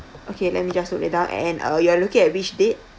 okay let me just note that down and uh you are looking at which date